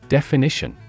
Definition